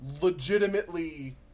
legitimately